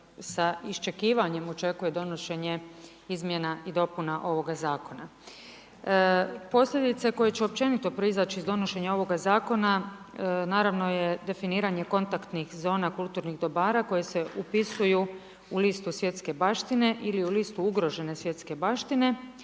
sa iščekivanjem očekuje donošenje izmjena i dopuna ovoga zakona. Posljedice koje će općenito proizaći iz donošenja ovoga zakona naravno je definiranje kontaktnih zona kulturnih dobara koje se upisuju u listu svjetske baštine ili u listu ugrožene svjetske baštine